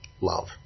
love